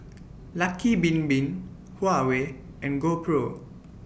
Lucky Bin Bin Huawei and GoPro